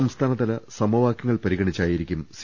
സംസ്ഥാനതല സമവാകൃങ്ങൾ പരിഗണിച്ചായിരിക്കും സി